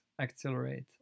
accelerate